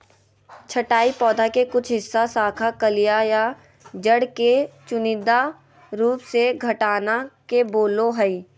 छंटाई पौधा के कुछ हिस्सा, शाखा, कलियां या जड़ के चुनिंदा रूप से हटाना के बोलो हइ